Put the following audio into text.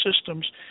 systems